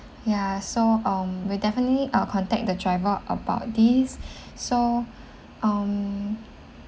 ya so um we'll definitely uh contact the driver about these so um